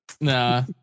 Nah